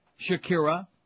Shakira